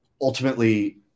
ultimately